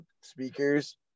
speakers